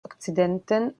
okcidenten